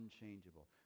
unchangeable